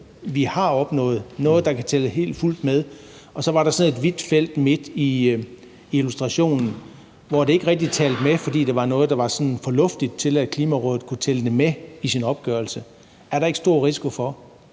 vi har opnået, noget, der kan tælle helt og fuldt med. Og så var der sådan et hvidt felt midt i illustrationen, som ikke rigtig talte med, fordi det var noget, der var for luftigt, til at Klimarådet kun tælle det med i sin opgørelse. Er der ikke stor risiko for,